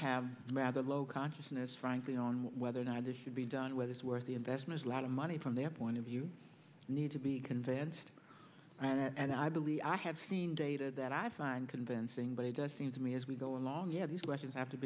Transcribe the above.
have a rather low consciousness frankly on whether or not this should be done whether it's worth the investment a lot of money from their point of view need to be convinced and i believe i have seen data that i find convincing but it does seem to me as we go along you have these questions have to